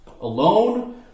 alone